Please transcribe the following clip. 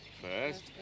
first